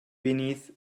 beneath